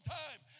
time